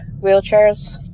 wheelchairs